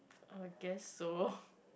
I guess so